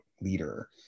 leader